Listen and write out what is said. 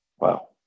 Wow